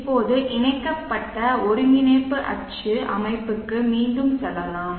இப்போது இணைக்கப்பட்ட ஒருங்கிணைப்பு அச்சு அமைப்புக்கு மீண்டும் செல்லலாம்